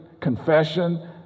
confession